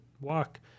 walk